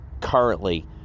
currently